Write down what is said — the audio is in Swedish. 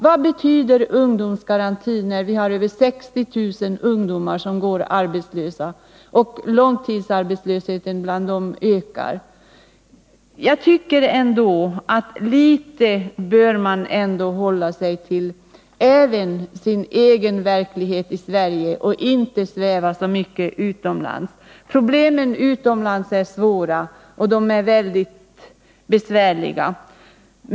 Vad betyder denna ungdomsgaranti, när vi har över 60 000 ungdomar som går arbetslösa och långtidsarbetslösheten bland dem ökar? Litet bör man ändå hålla sig till sin egen verklighet i Sverige och inte bara sväva så mycket utomlands. Problemen utomlands är mycket svåra.